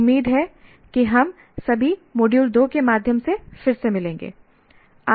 उम्मीद है कि हम सभी मॉड्यूल 2 के माध्यम से फिर से मिलेंगे